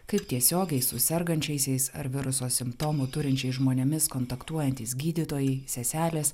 kaip tiesiogiai su sergančiaisiais ar viruso simptomų turinčiais žmonėmis kontaktuojantys gydytojai seselės